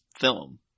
film